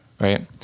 right